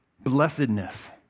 blessedness